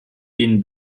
den